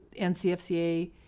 NCFCA